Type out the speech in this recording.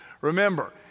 Remember